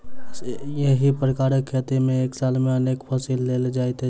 एहि प्रकारक खेती मे एक साल मे अनेक फसिल लेल जाइत छै